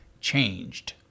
changed